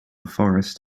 forest